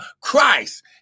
Christ